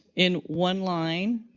in one line,